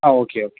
ആ okay okay